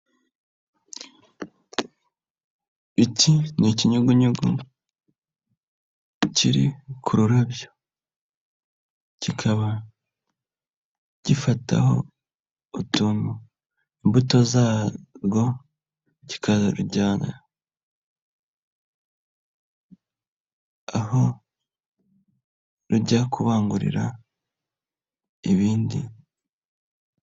Iki ni ikinyugunyugu kiri ku rurabyo, kikaba gifataho utuntu, imbuto zarwo kikazarujyana aho rujya kubangurira ibindi.